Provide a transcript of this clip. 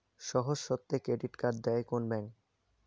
সহজ শর্তে credit card দেয় কোন ব্যাংক?